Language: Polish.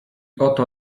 oto